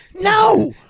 No